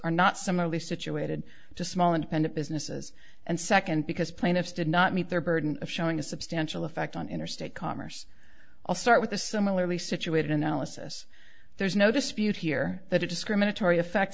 are not similarly situated to small independent businesses and second because plaintiffs did not meet their burden of showing a substantial effect on interstate commerce i'll start with a similarly situated analysis there's no dispute here that a discriminatory effects